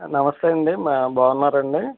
నమస్తే అండి మా బాగున్నారా అండి